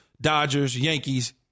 Dodgers-Yankees